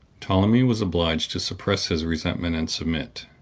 ptolemy was obliged to suppress his resentment and submit.